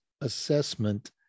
assessment